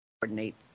coordinate